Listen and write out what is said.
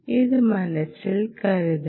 ഇത് മനസ്സിൽ കരുതണം